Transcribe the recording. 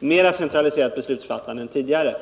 mera centraliserat beslutsfattande än tidigare.